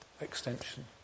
extension